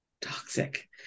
toxic